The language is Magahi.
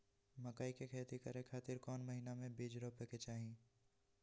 मकई के खेती करें खातिर कौन महीना में बीज रोपे के चाही?